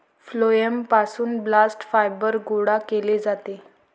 phloem पासून bast fibre गोळा केले जाते